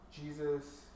Jesus